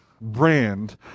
brand